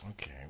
Okay